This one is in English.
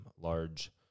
large